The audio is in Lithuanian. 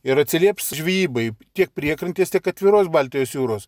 ir atsilieps žvejybai tiek priekrantės tiek atviros baltijos jūros